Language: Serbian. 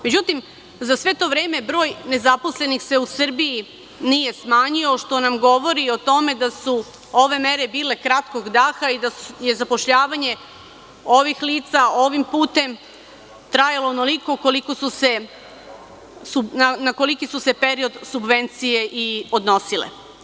Međutim, za sve to vreme broj nezaposlenih se u Srbiji nije smanjio što nam govori o tome da su ove mere bile kratkog daha i da je zapošljavanjeovih lica ovim putem trajalo onolikona koliki su se period subvencije i odnosile.